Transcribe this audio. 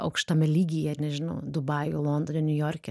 aukštame lygyje nežinau dubajuj londone niujorke